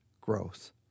growth